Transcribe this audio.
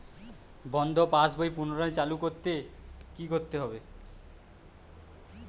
বন্ধ পাশ বই পুনরায় চালু করতে কি করতে হবে?